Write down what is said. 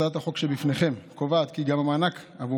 הצעת החוק שבפניכם קובעת כי גם המענק עבור